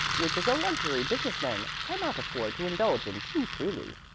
which is a luxury business men cannot afford to indulge in too freely.